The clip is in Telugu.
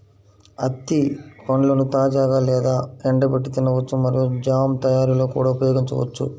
అత్తి పండ్లను తాజాగా లేదా ఎండబెట్టి తినవచ్చు మరియు జామ్ తయారీలో కూడా ఉపయోగించవచ్చు